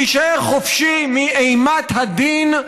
להישאר חופשי מאימת הדין,